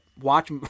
watch